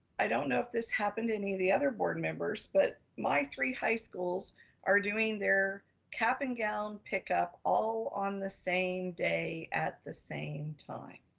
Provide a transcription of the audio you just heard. i don't know if this happened to any of the other board members, but my three high schools are doing their cap and gown pickup all on the same day at the same time.